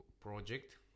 project